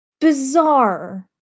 Bizarre